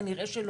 כנראה שלא.